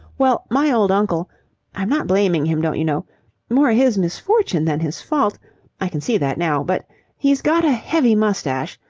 well, my old uncle i'm not blaming him, don't you know more his misfortune than his fault i can see that now but he's got a heavy moustache.